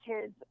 kids